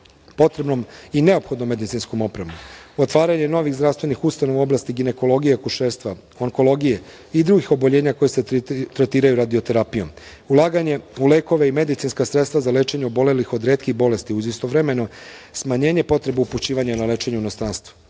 potrebnom i neophodnom medicinskom opremom, otvaranje novih zdravstvenih ustanova u oblasti ginekologije, akušerstva, onkologije i drugih oboljenja koja se tretiraju radioterapijom, ulaganje u lekove i medicinska sredstva za lečenje obolelih od retkih bolesti uz istovremeno smanjenje potrebe upućivanja na lečenje u inostranstvo.